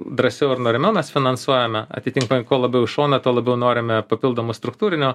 drąsiau ir norimiau mes finansuojame atitinkamai kuo labiau į šoną tuo labiau norime papildomo struktūrinio